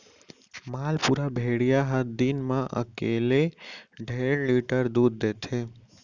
मालपुरा भेड़िया ह दिन म एकले डेढ़ लीटर दूद देथे